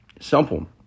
Simple